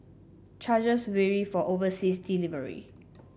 charges vary for overseas delivery